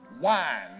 wine